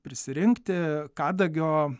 prisirinkti kadagio